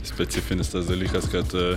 specifinis tas dalykas kad aa